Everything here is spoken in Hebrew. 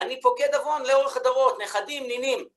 אני פוקד עוון לאורך הדרות, נכדים, נינים.